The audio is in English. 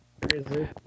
Crazy